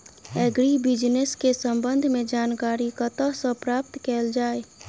Agri business केँ संबंध मे जानकारी कतह सऽ प्राप्त कैल जाए?